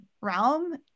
realm